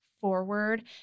forward